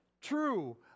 true